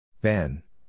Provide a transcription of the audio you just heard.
Ben